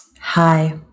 Hi